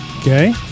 Okay